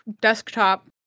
desktop